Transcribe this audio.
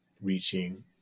reaching